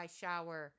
shower